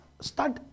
start